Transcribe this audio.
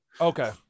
Okay